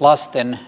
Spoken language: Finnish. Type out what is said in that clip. lasten